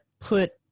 put